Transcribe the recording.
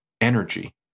energy